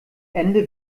ende